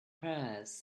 prayers